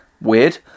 weird